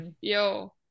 yo